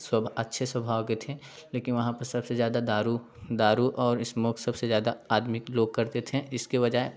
सब अच्छे स्वभाव के थे लेकिन वहाँ पर सबसे ज़्यादा दारू दारू और स्मोक्स सबसे ज़्यादा आदमी लोग करते थे इसके बजाय